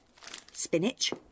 Spinach